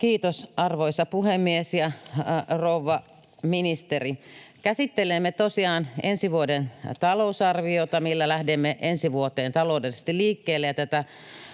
Kiitos, arvoisa puhemies! Rouva ministeri! Käsittelemme tosiaan ensi vuoden talousarviota, millä lähdemme ensi vuoteen taloudellisesti liikkeelle,